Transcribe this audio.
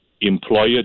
employer